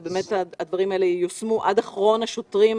ושהדברים האלה ייושמו עד אחרון השוטרים